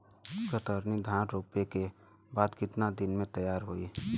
कतरनी धान रोपे के बाद कितना दिन में तैयार होई?